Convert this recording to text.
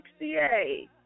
68